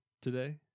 today